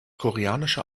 koreanische